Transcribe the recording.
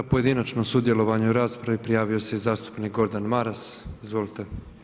Za pojedinačno sudjelovanje u raspravi prijavio se i zastupnik Gordan Maras, izvolite.